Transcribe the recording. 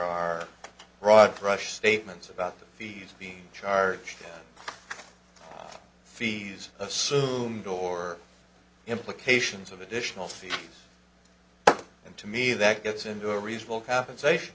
are broad brush statements about the fees being charged fees assume door implications of additional fees and to me that gets into a reasonable compensation